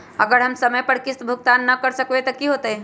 अगर हम समय पर किस्त भुकतान न कर सकवै त की होतै?